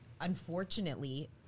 unfortunately